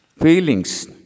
Feelings